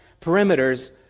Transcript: perimeters